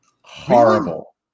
Horrible